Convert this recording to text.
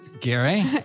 Gary